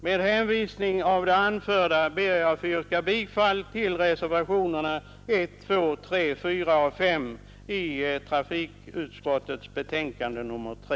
Med hänvisning till det anförda ber jag att få yrka bifall till reservationerna 1, 2, 3, 4 och 5 vid trafikutskottets betänkande nr 3.